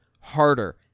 harder